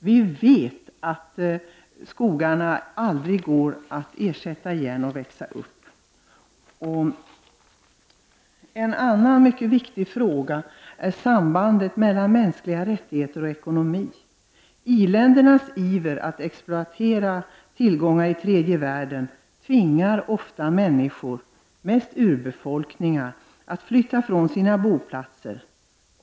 Vi vet att skogarna aldrig kommer att växa upp igen. En annan mycket viktig fråga gäller sambandet mellan mänskliga rättigheter och ekonomi. I-ländernas iver att exploatera tillgångar i tredje världen tvingar ofta människor, mest urbefolkningen, att flytta från sina boplatser.